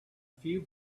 few